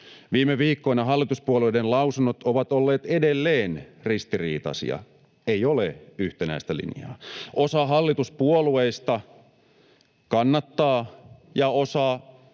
Viime viikkoina hallituspuolueiden lausunnot ovat olleet edelleen ristiriitaisia — ei ole yhtenäistä linjaa. Osa hallituspuolueista kannattaa ja osa